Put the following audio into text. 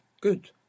Good